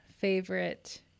favorite